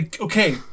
Okay